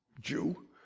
Jew